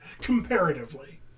comparatively